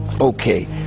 Okay